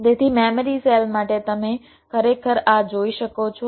તેથી memory cell માટે તમે ખરેખર આ માટે જઈ શકો છો